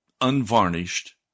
unvarnished